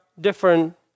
Different